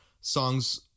songs